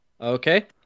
okay